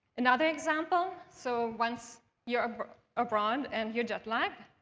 another example. so once you're abroad and you're jet-lagged,